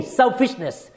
selfishness